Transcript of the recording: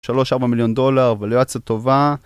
3-4 מיליון דולר, ולאוציה טובה.